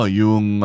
yung